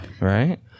Right